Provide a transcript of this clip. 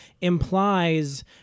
implies